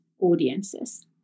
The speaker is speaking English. audiences